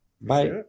Bye